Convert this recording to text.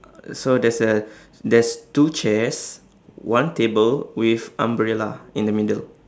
uh so there's a there's two chairs one table with umbrella in the middle